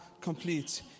complete